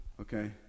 Okay